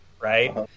right